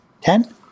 ten